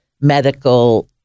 medical